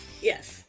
Yes